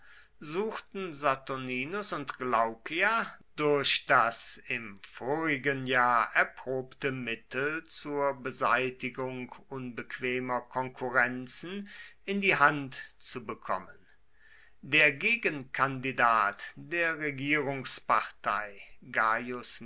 suchten saturninus und glaucia durch das im vorigen jahr erprobte mittel zur beseitigung unbequemer konkurrenzen in die hand zu bekommen der gegenkandidat der regierungspartei